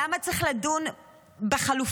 למה צריך לדון בחלופות?